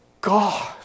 God